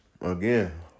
Again